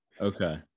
okay